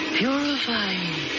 purifying